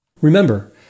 Remember